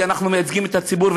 כי אנחנו מייצגים את הציבור,